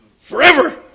Forever